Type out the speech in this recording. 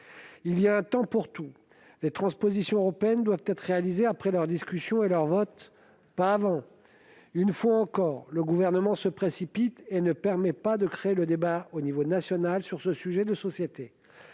Il y a un temps pour tout : les transpositions européennes doivent être réalisées après leur discussion et leur vote, et pas avant ! Une fois encore, le Gouvernement se précipite et ne permet pas de créer les conditions d'un débat au niveau national sur ce sujet de société.